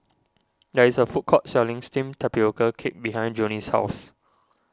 there is a food court selling Steamed Tapioca Cake behind Jonnie's house